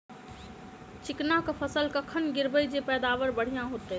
चिकना कऽ फसल कखन गिरैब जँ पैदावार बढ़िया होइत?